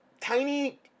tiny